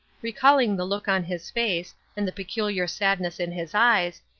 recalling the look on his face, and the peculiar sadness in his eyes,